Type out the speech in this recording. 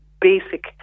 basic